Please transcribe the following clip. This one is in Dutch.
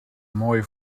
mooi